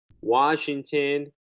Washington